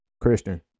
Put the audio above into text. Christian